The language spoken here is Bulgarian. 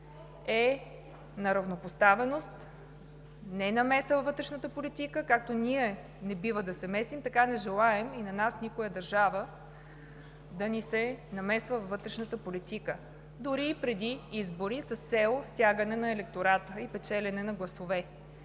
е на равнопоставеност, ненамеса във вътрешната политика. Както ние не бива да се месим, така не желаем и на нас никоя държава да ни се намесва във вътрешната политика дори и преди избори с цел стягане на електората и печелене на гласове.